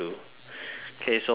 okay so orange first